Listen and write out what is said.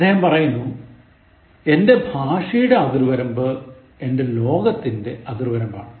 അദ്ദേഹം പറയുന്നു എന്റെ ഭാഷയുടെ അതിർവരമ്പ് എന്റെ ലോകത്തിന്റെ അതിർവരമ്പാണ്